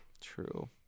True